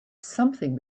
something